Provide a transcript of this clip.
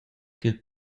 ch’il